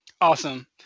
Awesome